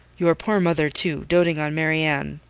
your poor mother, too doting on marianne.